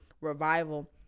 revival